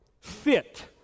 fit